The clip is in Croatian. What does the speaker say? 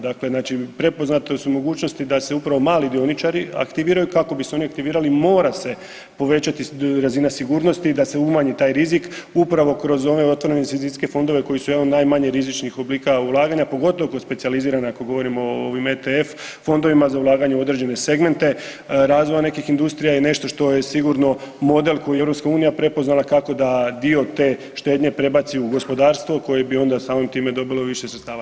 Dakle, prepoznate su mogućnosti da se upravo mali dioničari aktiviraju, kako bi se oni aktivirali, mora se povećati razina sigurnosti da se umanji taj rizik upravo kroz ove otvorene investicijske fondove koji su jedan od najmanje rizičnih oblika ulaganja, pogotovo kod specijalizirane, ako govorimo o ovim ETF fondovima, za ulaganje u određene segmente razvoja nekih industrija je nešto što je sigurno model koji je EU prepoznala kako da dio te štednje prebaci u gospodarstvo, koje bi onda, samim time dobilo više sredstava.